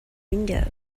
window